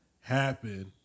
happen